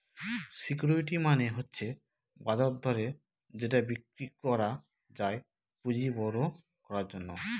security মানে হচ্ছে বাজার দরে যেটা বিক্রি করা যায় পুঁজি বড়ো করার জন্য